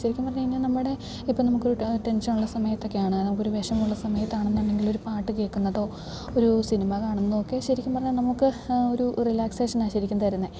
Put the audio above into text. ശരിക്കും പറഞ്ഞു കഴിഞ്ഞാൽ നമ്മുടെ ഇപ്പം നമുക്കൊരു ടെൻഷനുള്ള സമയത്തൊക്കെയാണ് നമുക്കൊരു വിഷമമുള്ള സമയത്താണെന്നുണ്ടെങ്കിലൊരു പാട്ട് കേൾക്കുന്നതോ ഒരൂ സിനിമ കാണുന്നോ ഒക്കെ ശരിക്കും പറഞ്ഞാൽ നമുക്ക് ഒരു റിലാക്സേഷനാണ് ശരിക്കും തരുന്നത്